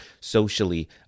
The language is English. socially